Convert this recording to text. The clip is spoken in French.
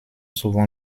souvent